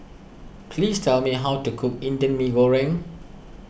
please tell me how to cook Indian Mee Goreng